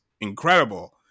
incredible